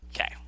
okay